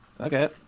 Okay